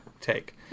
take